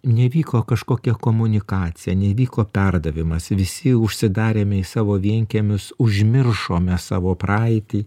neįvyko kažkokia komunikacija neįvyko perdavimas visi užsidarėme savo vienkiemius užmiršome savo praeitį